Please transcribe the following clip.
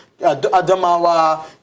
Adamawa